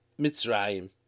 Mitzrayim